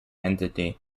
entity